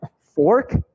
fork